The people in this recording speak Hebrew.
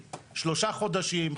שלושה חודשים,